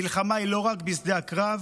המלחמה היא לא רק בשדה הקרב